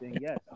Yes